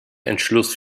entschluss